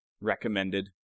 Recommended